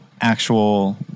actual